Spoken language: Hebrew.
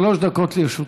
שלוש דקות לרשותך.